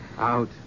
Out